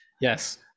yes